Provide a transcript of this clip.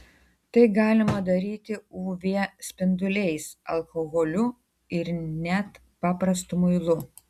tai galima daryti uv spinduliais alkoholiu ir net paprastu muilu